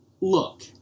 Look